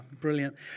brilliant